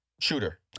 Shooter